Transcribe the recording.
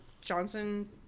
Johnson